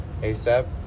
ASAP